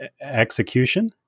execution